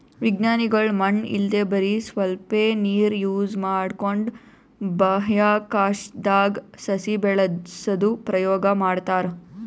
ವಿಜ್ಞಾನಿಗೊಳ್ ಮಣ್ಣ್ ಇಲ್ದೆ ಬರಿ ಸ್ವಲ್ಪೇ ನೀರ್ ಯೂಸ್ ಮಾಡ್ಕೊಂಡು ಬಾಹ್ಯಾಕಾಶ್ದಾಗ್ ಸಸಿ ಬೆಳಸದು ಪ್ರಯೋಗ್ ಮಾಡ್ತಾರಾ